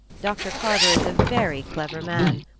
dr. carver is a very clever man.